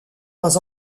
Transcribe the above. pas